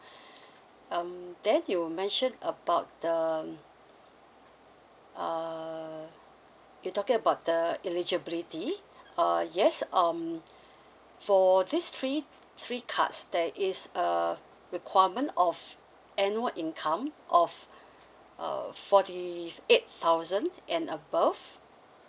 um then you mention about the um uh you talking about the illegibility uh yes um for these three three cards that is a requirement of annual income of uh forty eight thousand and above